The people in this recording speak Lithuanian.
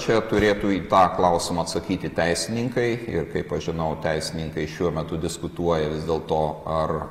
čia turėtų į tą klausimą atsakyti teisininkai ir kaip aš žinau teisininkai šiuo metu diskutuoja vis dėlto ar